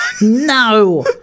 No